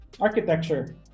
architecture